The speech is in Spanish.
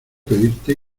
pedirte